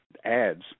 ads